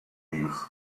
leaves